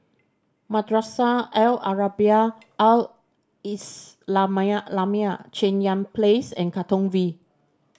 Madrasah Al Arabiah Al Islamiah lamiah Yan Place and Katong V